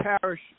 parish